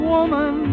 Woman